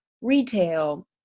retail